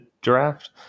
draft